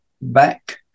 back